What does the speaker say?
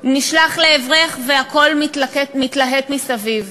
נשלח לעברך, והכול מתלהט מסביב,